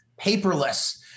paperless